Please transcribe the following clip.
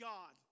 God